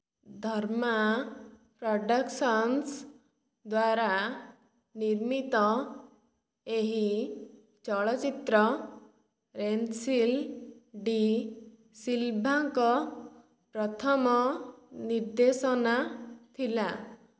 ଧର୍ମା productions ଦ୍ୱାରା ନିର୍ମିତ ଏହି ଚଳଚ୍ଚିତ୍ର ରେନସିଲ ଡି ସିଲଭାଙ୍କ ପ୍ରଥମ ନିର୍ଦ୍ଦେଶନା ଥିଲା